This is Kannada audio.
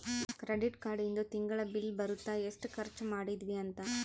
ಕ್ರೆಡಿಟ್ ಕಾರ್ಡ್ ಇಂದು ತಿಂಗಳ ಬಿಲ್ ಬರುತ್ತ ಎಸ್ಟ ಖರ್ಚ ಮದಿದ್ವಿ ಅಂತ